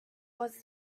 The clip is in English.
was